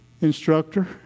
instructor